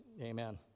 amen